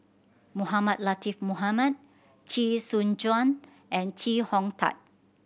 Mohamed Latiff Mohamed Chee Soon Juan and Chee Hong Tat